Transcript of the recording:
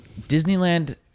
Disneyland